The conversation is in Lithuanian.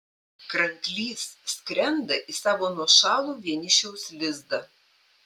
kranklys skrenda į savo nuošalų vienišiaus lizdą